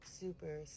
Super